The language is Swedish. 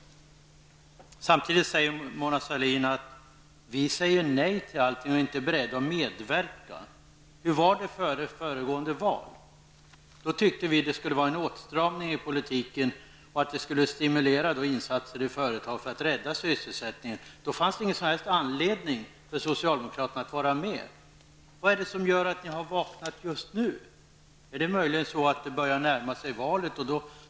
Samtidigt säger Mona Sahlin att vi i folkpartiet liberalerna säger nej till allt och inte är beredda att medverka. Hur var det före föregående val? Då tyckte vi att det skulle ske en åtstramning i politiken och att det skulle stimulera insatser i företag för att rädda sysselsättningen. Då fanns det inte någon som helst anledning för socialdemokraterna att vara med. Vad är det som gör att ni har vaknat just nu? Är det möjligen för att valet närmar sig?